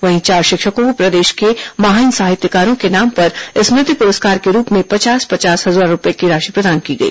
वहीं चार शिक्षकों को प्रदेश के महान साहित्यकारों के नाम पर स्मृति पुरस्कार के रूप में पचास पचास हजार रूपये की राशि प्रदान की गई